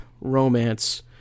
romance